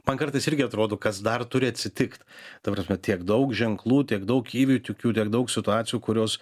man kartais irgi atrodo kas dar turi atsitikt ta prasme tiek daug ženklų tiek daug įvykių tiek daug situacijų kurios